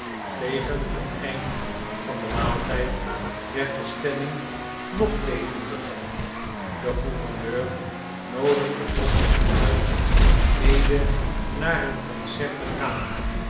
tegen het eind van den maaltijd werd de stemming nog levendiger de gouverneur noodigde wronsky uit mede naar een concert te gaan